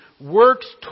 works